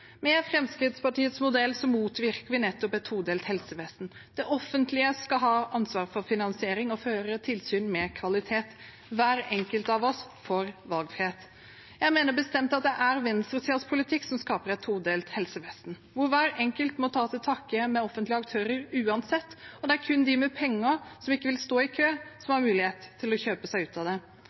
Med Fremskrittspartiets modell motvirker vi nettopp et todelt helsevesen. Det offentlige skal ha ansvaret for finansiering og føre tilsyn med kvalitet. Hver enkelt av oss får valgfrihet. Jeg mener bestemt at det er venstresidens politikk som skaper et todelt helsevesen, hvor hver enkelt må ta til takke med offentlige aktører uansett, og det er kun de med penger som ikke vil stå i kø, som har mulighet til å kjøpe seg ut av det.